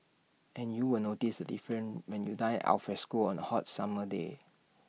and you will notice the difference when you dine alfresco on A hot summer day